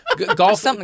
Golf